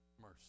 mercy